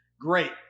great